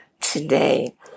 today